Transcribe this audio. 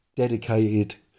Dedicated